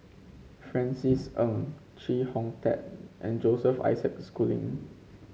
Francis Ng Chee Hong Tat and Joseph Isaac Schooling